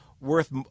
worth